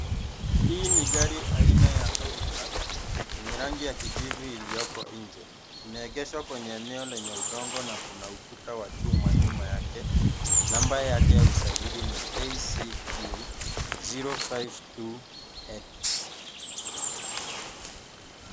Hii ni gari aina ya Outback yenye rangi ya kijivu iliyoko nje. Imeegeshwa kwenye eneo lenye udongo na kuna ukuta wa chuma nyuma yake. Namba yake ya usajili ni KCQ 052X.